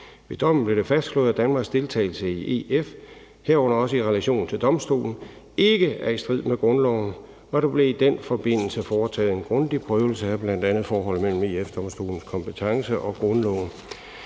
Ved dommen blev det fastslået, at Danmarks deltagelse i EF – herunder også i relation til EF-Domstolen – ikke er i strid med grundloven, og der blev i den forbindelse foretaget en grundig prøvelse af bl.a. forholdet mellem EF-Domstolens kompetence og grundloven.«